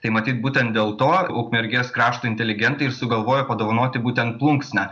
tai matyt būtent dėl to ukmergės krašto inteligentai ir sugalvojo padovanoti būtent plunksną